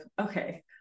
okay